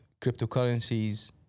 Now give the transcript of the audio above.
cryptocurrencies